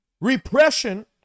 Repression